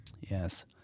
Yes